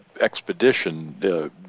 expedition